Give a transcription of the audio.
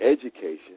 education